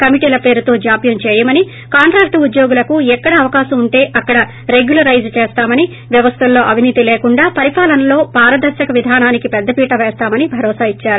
కమిటీల పేరుతో జాప్యం చేయమని కాంట్రాక్ట్ ఉద్యోగులకు ఎక్కడ అవకాశం ఉంటే అక్కడ రెగ్యులరైజ్ చేస్తామని వ్యవస్థల్లో అవినీతి లేకుండా పరిపాలనలో పారదర్నక విధానానికి పెద్దపీట వేస్తామని భరోసా ఇచ్చారు